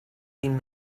been